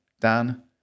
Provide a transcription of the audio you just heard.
Dan